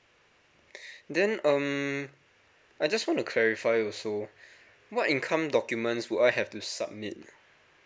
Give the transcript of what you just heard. then um I just want to clarify also what income documents will I have to submit